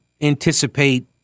anticipate